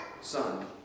Son